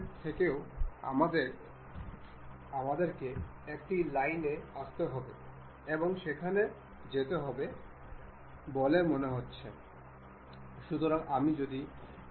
এটি একটি খুব গুরুত্বপূর্ণ ধরনের মেকানিক্যাল মেট যা প্রায়শই অ্যাসেম্বলিগুলিতে ব্যবহৃত হয়